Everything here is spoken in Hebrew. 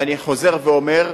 ואני חוזר ואומר,